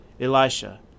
Elisha